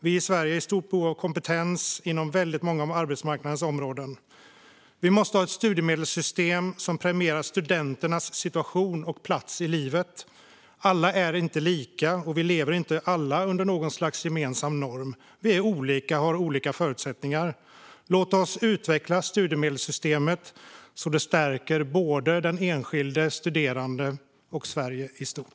Vi i Sverige är i stort behov av kompetens inom många av arbetsmarknadens områden, och vi måste ha ett studiemedelssystem som premierar studenternas situation och plats i livet. Alla är inte lika. Vi lever inte under något slags gemensam norm, utan vi är olika och har olika förutsättningar. Låt oss utveckla studiemedelssystemet så att det stärker både den enskilda studenten och Sverige i stort.